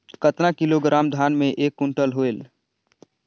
कतना किलोग्राम धान मे एक कुंटल होयल?